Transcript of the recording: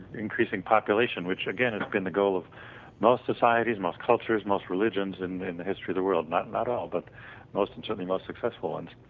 increasing population which again has been the goal of most societies, most cultures, most religions in in the history of the world, not not all but most and certainly more successful ones,